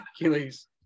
Achilles